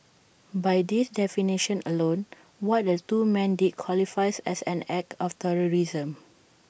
by this definition alone what the two men did qualifies as an act of terrorism